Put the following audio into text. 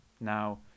Now